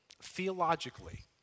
Theologically